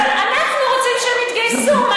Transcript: אבל אנחנו רוצים שהן יתגייסו.